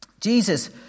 Jesus